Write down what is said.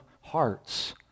hearts